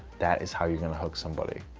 that is how you're going to hook somebody.